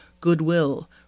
goodwill